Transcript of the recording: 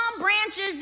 branches